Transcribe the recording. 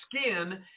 skin